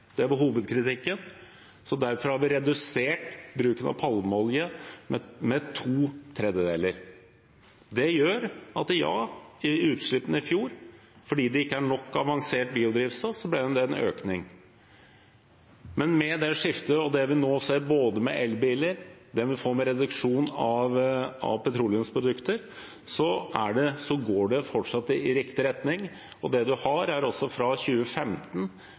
Det var hovedkritikken, så derfor har vi redusert bruken av palmeolje med to tredjedeler. Det gjør at – ja – i utslippene i fjor ble det en økning fordi det ikke er nok avansert biodrivstoff. Men med det skiftet og det vi nå ser, både med elbiler og med reduksjon av petroleumsprodukter, går det fortsatt i riktig retning. Fra 2015 og fram til nå har